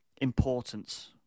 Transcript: importance